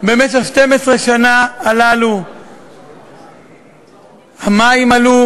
במשך 12 השנים הללו מחירי המים עלו